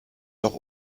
noch